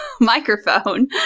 microphone